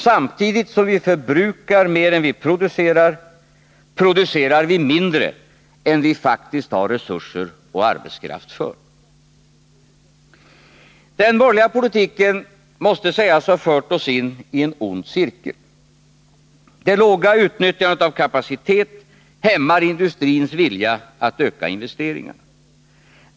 Samtidigt som vi förbrukar mer än vi producerar, producerar vi mindre än vi faktiskt har resurser och arbetskraft för. Den borgerliga politiken måste sägas ha fört oss in i en ond cirkel. Det låga utnyttjandet av kapacitet hämmar industrins vilja att öka investeringarna.